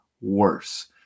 worse